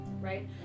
right